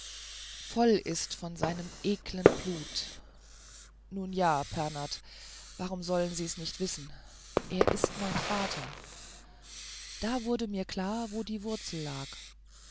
voll ist von seinem eklen blut nun ja pernath warum sollen sie's nicht wissen er ist mein vater da wurde mir klar wo die wurzel lag